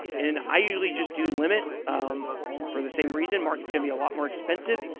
and i usually just do limit for the same reason, markets can be a lot more expensive.